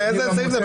איזה סעיף זה?